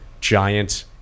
giant